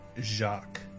Jacques